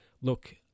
look